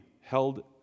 held